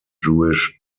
jewish